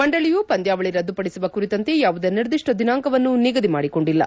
ಮಂಡಳಿಯು ಪಂದ್ಯಾವಳಿ ರದ್ದುಪಡಿಸುವ ಕುರಿತಂತೆ ಯಾವುದೇ ನಿರ್ದಿಷ್ಟ ದಿನಾಂಕವನ್ನು ನಿಗದಿ ಮಾಡಿಕೊಂಡಿಲ್ಲ